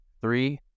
Three